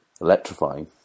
electrifying